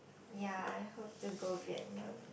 ya I hope to go Vietnam